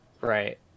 Right